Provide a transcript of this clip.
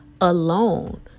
alone